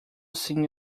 seen